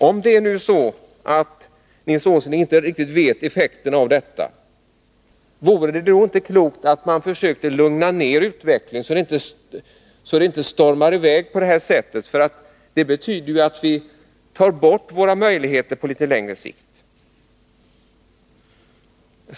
Om Nils Åsling nu inte är riktigt på det klara med effekten av utflyttningen, vore det då inte klokt att man försökte lugna ner utvecklingen, så att den inte stormar i väg på det här sättet — detta skulle ju betyda att vi avhänder oss våra möjligheter på litet längre sikt.